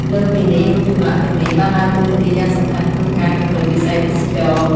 លើសពីនេះ រូបចម្លាក់ទាំងនេះបានដើរតួនាទីយ៉ាងសំខាន់ក្នុងការ ជំរុញវិស័យទេសចរណ៍។